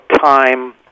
time